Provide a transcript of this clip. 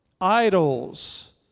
idols